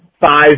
five